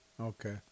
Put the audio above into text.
Okay